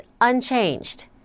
unchanged